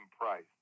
price